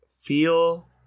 feel